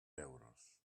euros